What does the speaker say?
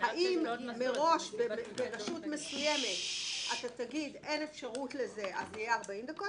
האם מראש ברשות מסוימת אתה תגיד: אין אפשרות לזה אז זה יהיה 40 דקות,